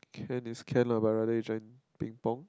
can is can lah but rather you join ping pong